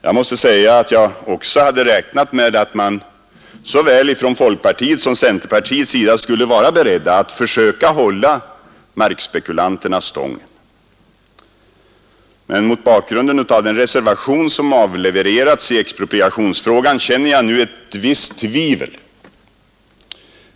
Jag måste säga att jag också hade räknat med att man såväl från folkpartiet som från centerpartiet skulle vara beredd att försöka hålla markspekulanterna stången. Mot bakgrunden av den reservation som avlevererats i expropriationsfrågan känner jag emellertid nu ett visst tvivel på detta.